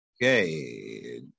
okay